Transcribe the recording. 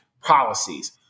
policies